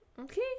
Okay